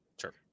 Sure